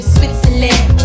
Switzerland